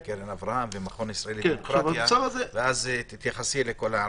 קרן אברהם והמכון הישראלי לדמוקרטיה ואז תתייחסי לכל ההערות.